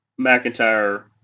McIntyre